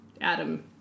Adam